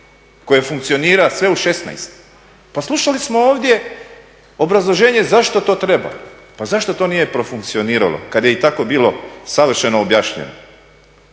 koje funkcionira sve u šesnaest. Pa slušali smo ovdje obrazloženje zašto to treba. Pa zašto to nije profunkcioniralo, kada je i tako bilo savršeno objašnjeno.